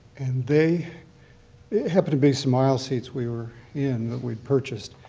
and they it happened to be some aisle seats we were in that we purchased,